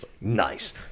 nice